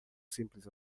simples